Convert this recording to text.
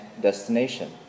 destination